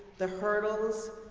the hurdles,